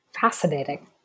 Fascinating